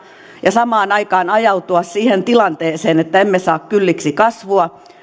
ja samaan aikaan ajautua siihen tilanteeseen että emme saa kylliksi kasvua